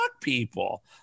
people